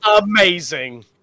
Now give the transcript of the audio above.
amazing